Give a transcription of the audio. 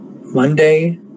Monday